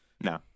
No